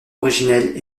originelle